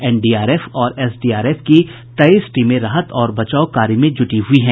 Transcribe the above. NDRF और SDRF की तेईस टीमें राहत और बचाव कार्य में जुटी हुई हैं